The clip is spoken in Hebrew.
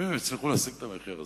אם הם יצליחו להשיג את המחיר הזה,